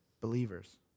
Believers